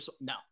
no